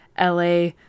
LA